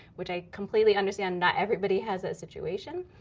which i completely understand, not everybody has that situation.